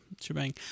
shebang